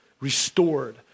restored